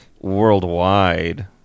worldwide